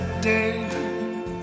day